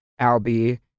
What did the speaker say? Albie